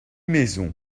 maisons